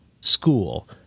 school